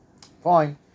Fine